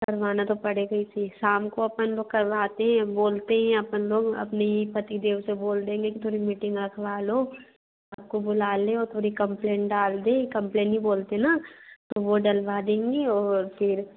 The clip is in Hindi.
करवाना तो पड़ेगा ही जी शाम को अपन लोग करवाते हैं बोलते हैं अपन लोग अपने ही पतिदेव से बोल देंगे कि थोड़ी मीटिंग रखवालो आपको बुला लें और थोड़ी कम्पलेन डाल दें कम्पलेन ही बोलते ना तो वो डलवा देंगे और फिर